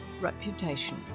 reputation